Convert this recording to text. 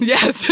Yes